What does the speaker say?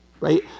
right